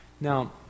Now